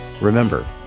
Remember